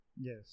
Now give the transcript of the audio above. Yes